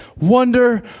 wonder